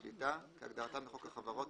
"שליטה" כהגדרתם בחוק החברות,